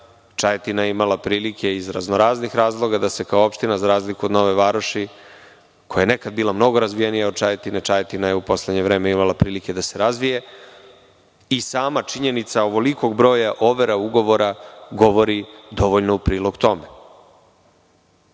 Čajetina je imala prilike iz razno-raznih razloga da se kao opština za razliku od Nove Varoši koja je nekad bila mnogo razvijenija od Čajetine, Čajetina je u poslednje vreme imala prilike da se razvije i sama činjenica ovolikog broja overa ugovora govori dovoljno u prilog tome. Uvek